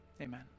Amen